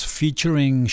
featuring